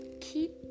keep